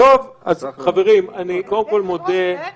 לדברי ימי